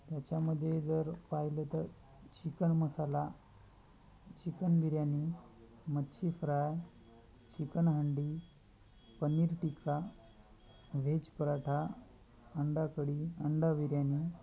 त्याच्यामध्ये जर पाहिलं तर चिकन मसाला चिकन बिर्यानी मच्छी fry chicken handi paneer tikka veg paratha अंडा कढी अंडा बिर्यानी